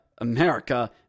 America